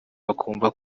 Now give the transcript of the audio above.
bakumva